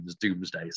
doomsday